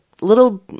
little